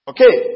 Okay